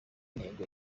n’intego